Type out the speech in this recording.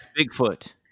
Bigfoot